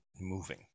moving